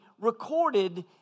recorded